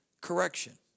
correction